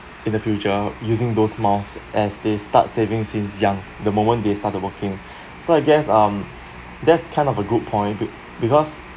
in the future using those miles as they start saving since young the moment they started working so I guess um that's kind of a good point be because